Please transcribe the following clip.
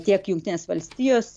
tiek jungtinės valstijos